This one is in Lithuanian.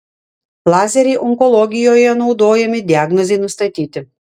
lazeriai onkologijoje naudojami diagnozei nustatyti